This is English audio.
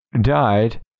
died